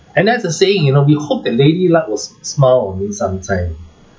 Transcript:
and there's a saying you know we hope that lady luck will s~ smile on me sometime